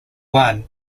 one